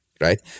right